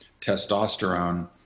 testosterone